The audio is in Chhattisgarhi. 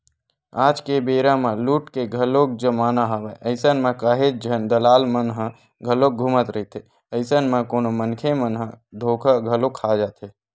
आज के बेरा म लूट के घलोक जमाना हवय अइसन म काहेच झन दलाल मन ह घलोक घूमत रहिथे, अइसन म कोनो मनखे मन ह धोखा घलो खा जाथे